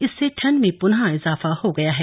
इससे ठंड में पुनः इजाफा हो गया है